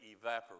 evaporate